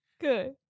Good